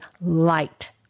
light